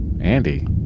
Andy